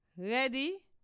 Ready